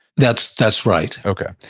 that's that's right okay.